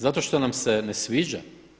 Zato šta nam se ne sviđa?